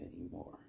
anymore